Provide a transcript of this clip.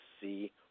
see